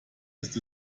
ist